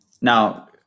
now